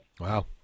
Wow